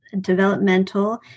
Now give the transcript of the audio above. developmental